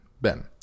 Ben